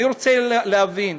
אני רוצה להבין: